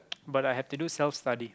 but I had to do self study